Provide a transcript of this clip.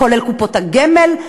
כולל קופות הגמל,